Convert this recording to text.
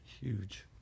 Huge